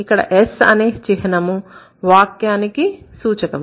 ఇక్కడ S అనే చిహ్నము వాక్యానికి సూచకము